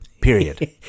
Period